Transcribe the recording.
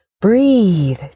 breathe